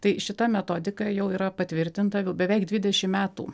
tai šita metodika jau yra patvirtinta jau beveik dvidešimt metų